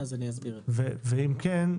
ואם כן,